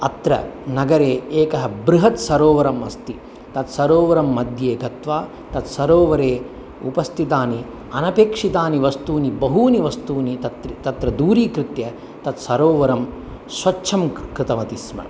अत्र नगरे एकः बृहत् सरोवरम् अस्ति तत् सरोवरं मध्ये गत्वा तत् सरोवरे उपस्थितानि अनपेक्षितानि वस्तूनि बहूनि वस्तूनि तत्र तत्र दूरीकृत्य तत् सरोवरं स्वच्छं कृतवन्ती स्म